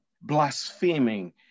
blaspheming